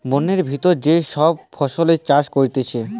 বোনের ভিতর যে সব ফসলের চাষ করতিছে